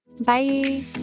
Bye